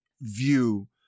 view